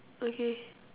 okay